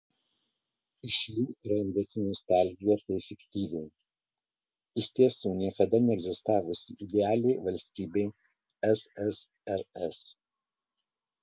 iš jų randasi nostalgija tai fiktyviai iš tiesų niekada neegzistavusiai idealiai valstybei ssrs